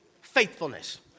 Faithfulness